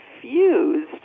confused